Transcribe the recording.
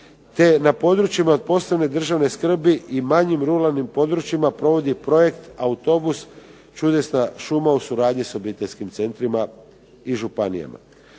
te na područjima od posebne državne skrbi i manjim ruralnim područjima provodi projekt "Autobus – čudesna šuma" u suradnji sa obiteljskim centrima i županijama.